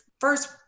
first